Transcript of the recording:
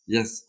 Yes